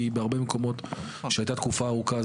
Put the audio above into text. בהרבה מקומות שהייתה תקופה ארוכה,